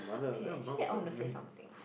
okay actually I want to say something